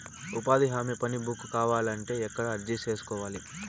ఉపాధి హామీ పని బుక్ కావాలంటే ఎక్కడ అర్జీ సేసుకోవాలి?